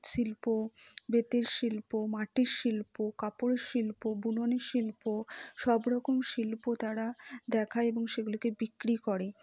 শিল্প বেতের শিল্প মাটির শিল্প কাপড়ের শিল্প বুননের শিল্প সব রকম শিল্প তারা দেখায় এবং সেগুলিকে বিক্রি করে